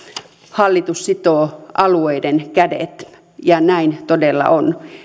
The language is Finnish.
hallitus sitoo alueiden kädet ja näin todella on